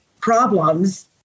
problems